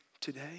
today